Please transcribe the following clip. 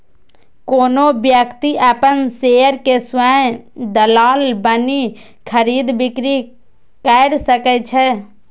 कोनो व्यक्ति अपन शेयर के स्वयं दलाल बनि खरीद, बिक्री कैर सकै छै